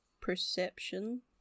Perception